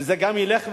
וזה גם ילך ויימשך,